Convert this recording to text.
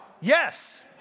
Yes